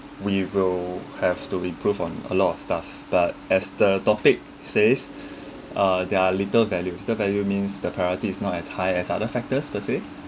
we will have to improve on a lot of stuff but as the topic says uh there are little value little value means the priority is not as high as other factors per se